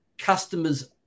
Customers